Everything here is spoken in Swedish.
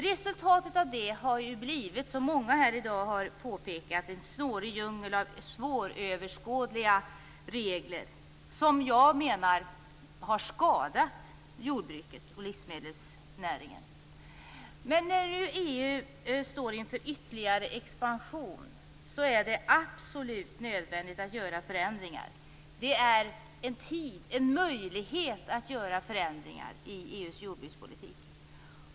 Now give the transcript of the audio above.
Resultatet av det har ju blivit, vilket många här i dag har påpekat, en snårig djungel av svåröverskådliga regler som jag menar har skadat jordbruket och livsmedelsnäringen. När nu EU står inför ytterligare expansion är det absolut nödvändigt att göra förändringar. Det finns möjlighet att göra förändringar i EU:s jordbrukspolitik.